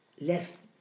less